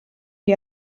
die